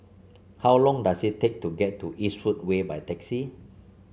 how long does it take to get to Eastwood Way by taxi